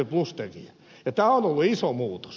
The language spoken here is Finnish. tämä on ollut iso muutos